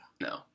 No